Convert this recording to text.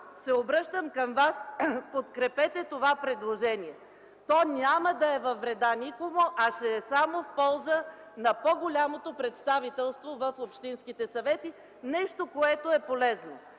се обръщам към Вас – подкрепете това предложение. То няма да е във вреда никому, а ще е само в полза на по-голямото представителство в общинските съвети – нещо, което е полезно.